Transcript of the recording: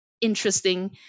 interesting